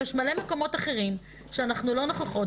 יש מלא מקומות אחרים שאנחנו לא נוכחות